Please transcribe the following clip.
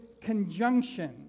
conjunction